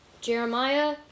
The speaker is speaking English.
Jeremiah